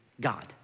God